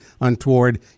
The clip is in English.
untoward